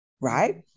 right